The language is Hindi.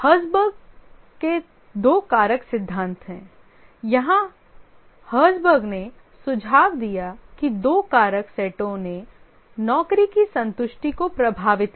हर्ज़बर्ग के 2 कारक सिद्धांत यहाँ हर्ज़बर्ग ने सुझाव दिया कि दो कारक सेटों ने नौकरी की संतुष्टि को प्रभावित किया